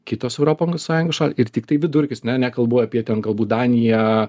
kitos europos sąjung šal ir tiktai vidurkis ne nekalbu apie ten galbūt daniją